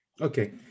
Okay